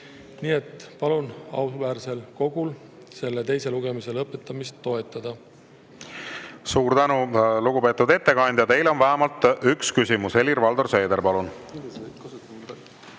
Nii et palun auväärsel kogul selle teise lugemise lõpetamist toetada. Suur tänu, lugupeetud ettekandja! Teile on vähemalt üks küsimus. Helir-Valdor Seeder, palun!